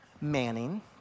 Manning